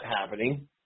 happening